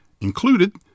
included